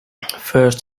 first